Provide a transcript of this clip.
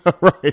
Right